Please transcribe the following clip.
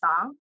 song